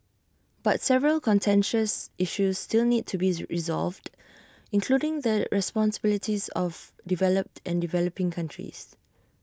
but several contentious issues still need to be resolved including the responsibilities of developed and developing countries